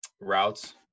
routes